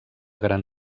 gran